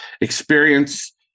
experience